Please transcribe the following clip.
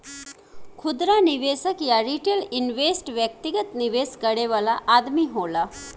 खुदरा निवेशक या रिटेल इन्वेस्टर व्यक्तिगत निवेश करे वाला आदमी होला